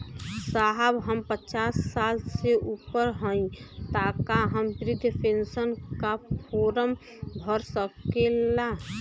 साहब हम पचास साल से ऊपर हई ताका हम बृध पेंसन का फोरम भर सकेला?